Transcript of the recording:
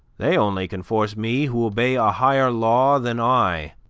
they only can force me who obey a higher law than i.